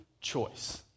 choice